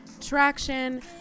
traction